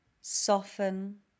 soften